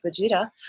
Vegeta